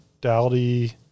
Dowdy